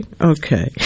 Okay